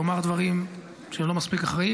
לומר דברים לא מספיק אחראיים,